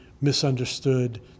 misunderstood